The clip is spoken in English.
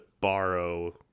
borrow